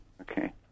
Okay